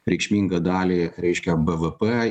reikšmingą dalį reiškia bvp